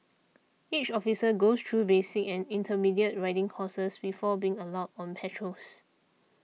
each officer goes through basic and intermediate riding courses before being allowed on patrols